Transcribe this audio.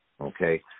Okay